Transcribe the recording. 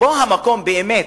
המקום באמת,